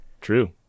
true